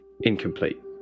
incomplete